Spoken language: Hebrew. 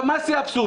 מה שיא האבסורד?